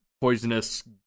poisonous